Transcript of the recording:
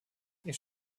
ich